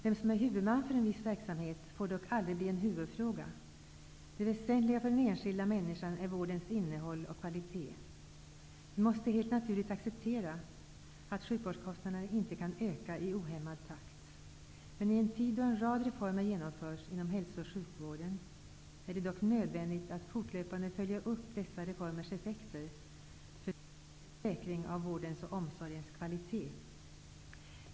Vem som är huvudman för en viss verksamhet får dock aldrig bli en huvudfråga. Det väsentliga för den enskilda människan är vårdens innehåll och kvalitet. Vi måste helt naturligt acceptera att sjukvårdskostnaderna inte kan öka i ohämmad takt. Men i en tid då en rad reformer genomförs inom hälso och sjukvården är det dock nödvän digt att fortlöpande följa upp dessa reformers ef fekter för att säkra vårdens och omsorgens kvali tet.